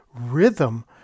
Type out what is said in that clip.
rhythm